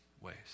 ways